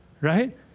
Right